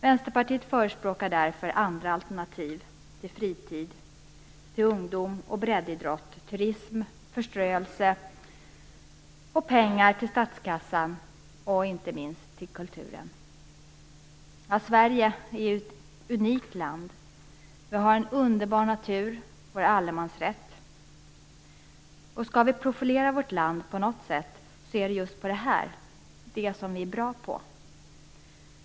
Vänsterpartiet förespråkar därför andra alternativ för fritid, ungdom och breddidrott, turism, förströelse, pengar till statskassan och inte minst kulturen. Sverige är ett unikt land. Vi har en underbar natur och vår allemansrätt. Skall vi profilera vårt land på något sätt är det just med hjälp av detta, det som vi är bra på.